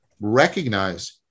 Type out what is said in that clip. recognize